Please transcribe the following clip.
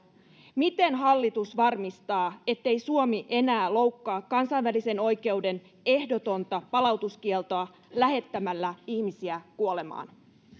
miten hallitus varmistaa ettei suomi enää loukkaa kansainvälisen oikeuden ehdotonta palautuskieltoa lähettämällä ihmisiä kuolemaan